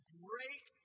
great